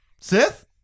Sith